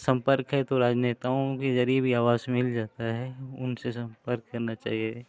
सम्पर्क है तो राजनेताओं के ज़रिये भी आवास मिल जाता है उनसे सम्पर्क करना चाहिए